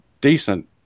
decent